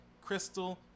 crystal